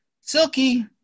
silky